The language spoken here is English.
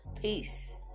Peace